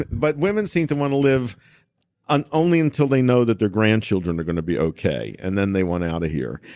but women seem to want to live and only until they know that their grandchildren are going to be okay. and then they want out of here.